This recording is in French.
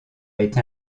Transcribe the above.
été